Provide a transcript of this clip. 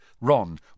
Ron